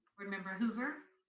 board member hoover.